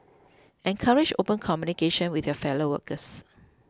encourage open communication with your fellow workers